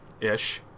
Ish